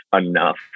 enough